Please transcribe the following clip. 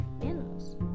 animals